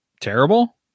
terrible